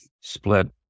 split